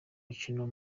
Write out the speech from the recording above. umukino